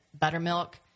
Buttermilk